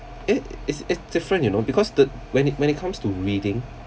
it is is different you know because the when it when it comes to reading